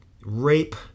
rape